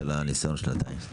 בנושא, הניסיון שלהם.